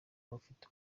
abafite